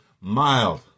mild